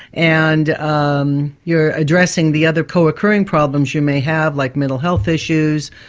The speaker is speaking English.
and um you're addressing the other co-occurring problems you may have, like mental health issues,